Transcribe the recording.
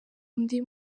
undi